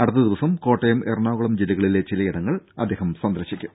അടുത്ത ദിവസം കോട്ടയം എറണാകുളം ജില്ലകളിലെ ചിലയിടങ്ങൾ അദ്ദേഹം സന്ദർശിക്കും